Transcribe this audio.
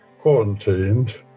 quarantined